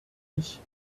ich